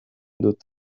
dut